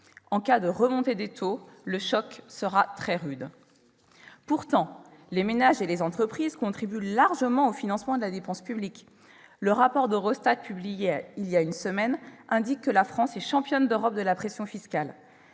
En cas de remontée des taux, le choc sera très rude ! Pourtant, les ménages et les entreprises contribuent largement au financement de la dépense publique : le rapport d'Eurostat publié voilà une semaine indique que la France est la championne d'Europe de la pression fiscale.